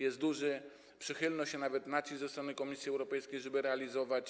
Jest duża przychylność, a nawet nacisk ze strony Komisji Europejskiej, żeby to realizować.